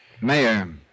Mayor